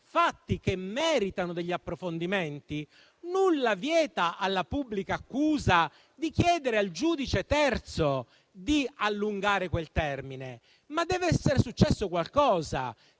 fatti che meritano degli approfondimenti, nulla vieterebbe alla pubblica accusa di chiedere al giudice terzo di allungare quel termine. Deve però essere successo qualcosa,